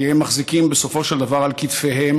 כי הם מחזיקים בסופו של דבר על כתפיהם